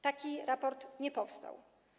Taki raport nie powstał.